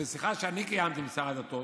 בשיחה שקיימתי עם שר הדתות